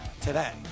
today